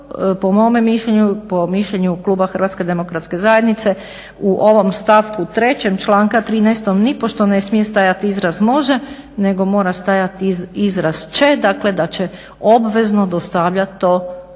po mome mišljenju po mišljenju kluba HDZ-a u ovom stavku 3.članka 13.nipošto ne smije stajati izraz može nego mora stajati izraz će, dakle da će obavezno dostavljati to registrima